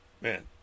Man